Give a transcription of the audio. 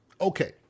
okay